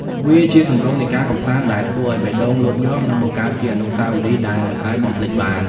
វាជាទម្រង់នៃការកម្សាន្តដែលធ្វើឱ្យបេះដូងលោតញាប់ និងបង្កើតជាអនុស្សាវរីយ៍ដែលមិនអាចបំភ្លេចបាន។